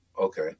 okay